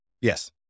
Yes